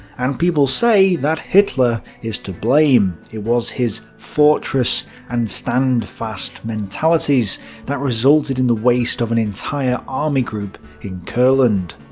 and people say that hitler is to blame it was his fortress and stand fast mentalities that resulted in the waste of an entire army group in courland.